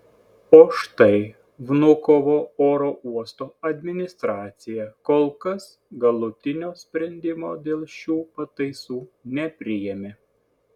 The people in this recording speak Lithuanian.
o štai vnukovo oro uosto administracija kol kas galutinio sprendimo dėl šių pataisų nepriėmė